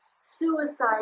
Suicide